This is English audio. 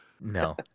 No